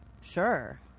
sure